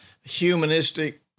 humanistic